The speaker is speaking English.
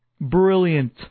Brilliant